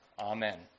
Amen